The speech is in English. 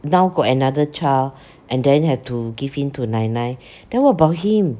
now got another child and then have to give in to 奶奶 then what about him